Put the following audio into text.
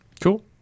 Cool